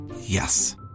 Yes